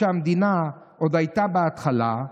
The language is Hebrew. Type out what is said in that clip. כשהמדינה עוד הייתה בהתחלה,